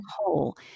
whole